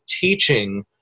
teaching